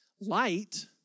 Light